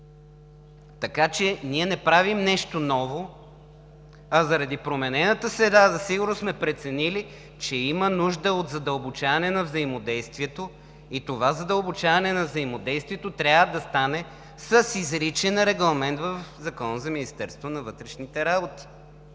Така че ние не правим нещо ново, а заради променената среда на сигурност сме преценили, че има нужда от задълбочаване на взаимодействието. Това задълбочаване на взаимодействието трябва да стане с изричен регламент в Закона